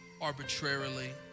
arbitrarily